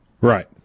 Right